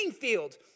field